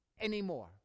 anymore